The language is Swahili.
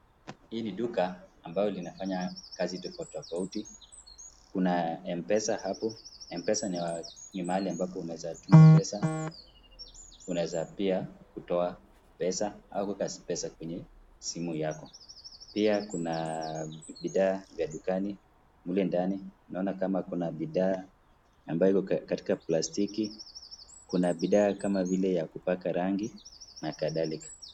Hii ni duka ambao inafanya kazi tofauti tofauti. Kuna mpesa hapo. Mpesa ni Mali ambapo unaweza tuma pesa , unaweza pia toa pesa au kuweka pesa kwenye simu yako .pia Kuna bidhaa mle ndani naona hapa Kuna bidhaa ambayo hiko katika plastiki , Kuna bidhaa kama vile ya kupaka rangi na kadhalika.